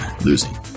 losing